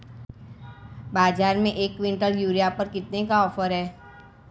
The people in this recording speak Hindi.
बाज़ार में एक किवंटल यूरिया पर कितने का ऑफ़र है?